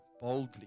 boldly